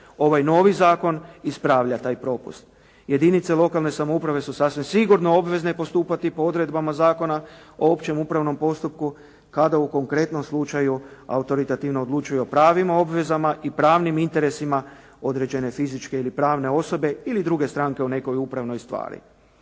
Ovaj novi zakon ispravlja taj propust. Jedinice lokalne samouprave su sasvim sigurno obvezne postupati po odredbama Zakona o općem upravnom postupku kada u konkretnom slučaju autoritativno odlučuju o pravima, obvezama i pravnim interesima određene fizičke ili pravne osobe ili druge strane u nekoj upravnoj stvari.